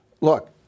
look